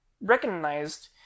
recognized